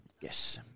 Yes